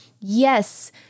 yes